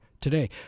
today